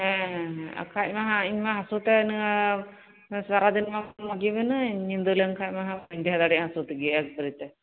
ᱦᱮᱸ ᱟᱠᱷᱟᱱ ᱢᱟᱦᱟ ᱤᱧ ᱢᱟ ᱦᱟᱥᱩᱛᱮ ᱥᱟᱨᱟᱫᱤᱱ ᱢᱟ ᱢᱚᱸᱡᱽ ᱜᱮ ᱢᱮᱱᱟᱹᱧ ᱧᱤᱫᱟᱹ ᱞᱮᱱᱠᱷᱟᱡ ᱢᱟᱦᱟᱜ ᱵᱟᱹᱧ ᱛᱟᱸᱦᱮ ᱫᱟᱲᱮᱭᱟᱜᱼᱟ ᱦᱟᱥᱩ ᱛᱮᱜᱮ ᱮᱠᱵᱟᱨᱮ ᱛᱮ